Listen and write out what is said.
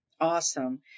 Awesome